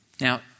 Now